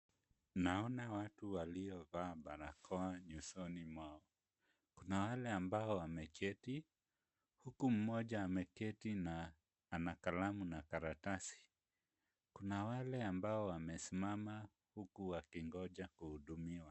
Naona watu waliovaa barakoa nyusoni mwao, na wale ambao wameketi, huku mmoja ameketi na ana kalamu na karatasi, na wale ambao wamesimama huku wakingoja kuhudumiwa .